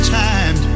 time